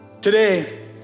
Today